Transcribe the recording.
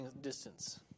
distance